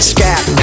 Scat